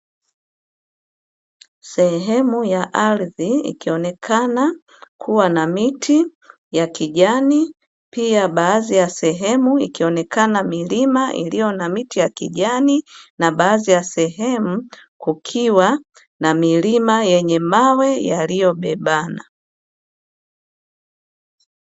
Sehemu ya ardhi ikionekana kuwa na miti ya kijani, pia baadhi ya sehemu ikionekana milima iliyo na miti ya kijani, na baadhi ya sehemu kukiwa na milima yenye mawe yaliyobebana.